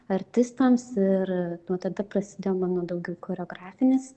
artistams ir nuo tada prasidėjo mano daugiau choreografinis